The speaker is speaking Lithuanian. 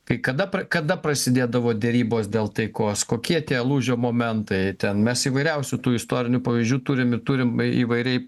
kai kada kada prasidėdavo derybos dėl taikos kokie tie lūžio momentai ten mes įvairiausių tų istorinių pavyzdžių turim turim įvairiai